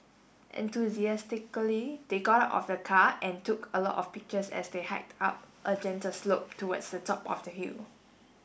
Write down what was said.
enthusiastically they got out of the car and took a lot of pictures as they hiked up a gentle slope towards the top of the hill